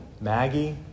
Maggie